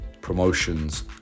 promotions